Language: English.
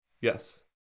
Yes